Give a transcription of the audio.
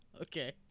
okay